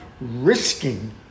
risking